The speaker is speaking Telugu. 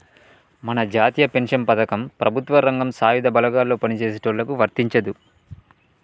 మన జాతీయ పెన్షన్ పథకం ప్రభుత్వ రంగం సాయుధ బలగాల్లో పని చేసేటోళ్ళకి వర్తించదు